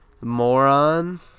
moron